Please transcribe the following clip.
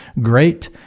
great